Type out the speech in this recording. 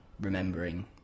remembering